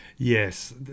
Yes